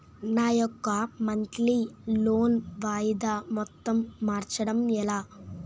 నా యెక్క monthly loan వాయిదా మొత్తం మార్చడం ఎలా?